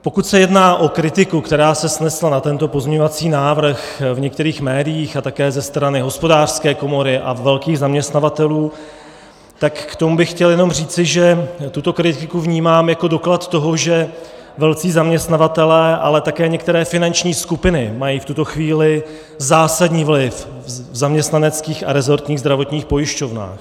Pokud se jedná o kritiku, která se snesla na tento pozměňovací návrh v některých médiích a také ze strany Hospodářské komory a velkých zaměstnavatelů, tak k tomu bych chtěl jenom říci, že tuto kritiku vnímám jako doklad toho, že velcí zaměstnavatelé, ale také některé finanční skupiny mají v tuto chvíli zásadní vliv v zaměstnaneckých a rezortních zdravotních pojišťovnách.